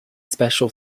special